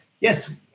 Yes